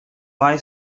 boy